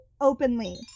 openly